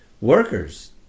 workers